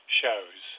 shows